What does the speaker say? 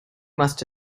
must